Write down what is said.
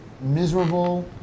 miserable